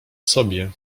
sobie